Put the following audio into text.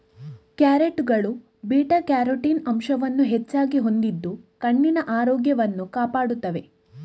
ಕ್ಯಾರೆಟುಗಳು beta carotene ಅಂಶವನ್ನು ಹೆಚ್ಚಾಗಿ ಹೊಂದಿದ್ದು ಕಣ್ಣಿನ ಆರೋಗ್ಯವನ್ನು ಕಾಪಾಡುತ್ತವೆ